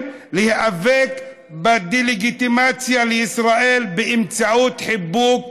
להיאבק בדה-לגיטימציה לישראל באמצעות חיבוק